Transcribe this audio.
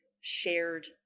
shared